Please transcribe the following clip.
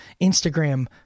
Instagram